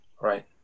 Right